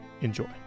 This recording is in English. enjoy